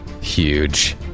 Huge